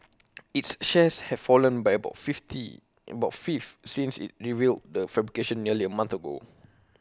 its shares have fallen by about A fifty about A fifth since IT revealed the fabrication nearly A month ago